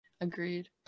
Agreed